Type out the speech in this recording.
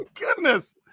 goodness